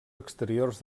exteriors